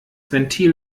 ventil